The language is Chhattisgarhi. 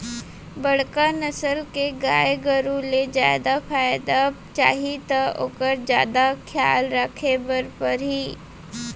बड़का नसल के गाय गरू ले जादा फायदा चाही त ओकर जादा खयाल राखे बर परही